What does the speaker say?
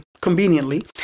conveniently